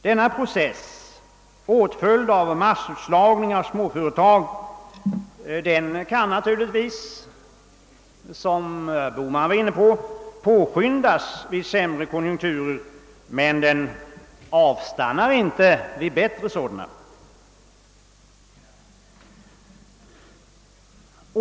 Denna process, åtföljd av massutslagning av småföretag, kan naturligtvis — vilket herr Bohman var inne på — påskyndas vid sämre konjunkturer, men den avstannar inte vid bättre sådana.